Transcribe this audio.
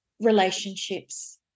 relationships